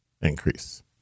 increase